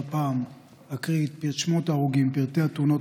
גם הפעם אקריא את שמות ההרוגים ופרטי תאונות